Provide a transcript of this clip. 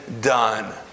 done